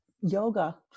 Yoga